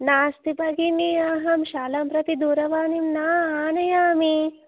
नास्ति भगिनि अहं शालां प्रति दूरवाणीं न आनयामि